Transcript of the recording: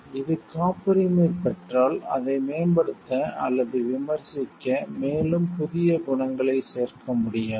இது காப்புரிமை பெற்றால் அதை மேம்படுத்த அல்லது விமர்சிக்க மேலும் புதிய குணங்களைச் சேர்க்க முடியாது